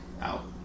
out